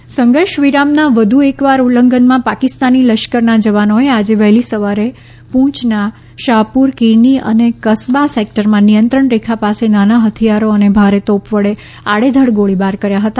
સંઘર્ષ વિરામભંગ સંઘર્ષ વિરામના વધુ એકવાર ઉલ્લંઘનમાં પાકિસ્તાની લશ્કરના જવાનોએ આજે વહેલી સવારે પૂંચના શાહપુર કિર્ની અને કસબા સેક્ટરમાં નિયંત્રણ રેખા પાસે નાના હથિયારો અને ભારે તોપ વડે આડેધડ ગોળીબાર કર્યા હતા